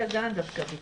רק כדי לסבר את האוזן,